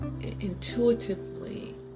intuitively